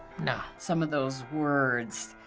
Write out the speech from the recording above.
no. some of those words,